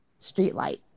streetlight